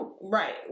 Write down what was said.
Right